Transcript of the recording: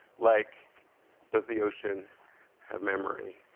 like does the ocean have memory?